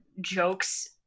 jokes